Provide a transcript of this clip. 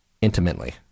Intimately